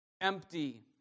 empty